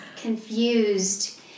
confused